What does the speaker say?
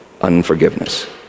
unforgiveness